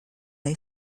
lay